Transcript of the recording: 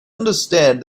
understand